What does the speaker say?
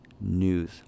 news